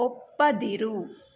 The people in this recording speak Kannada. ಒಪ್ಪದಿರು